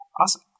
Awesome